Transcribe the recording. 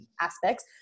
aspects